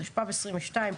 התשפ"ב 2022,